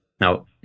Now